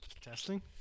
testing